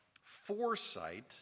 foresight